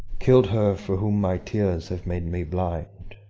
kill'd her for whom my tears have made me blind.